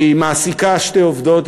והיא מעסיקה שתי עובדות,